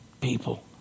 people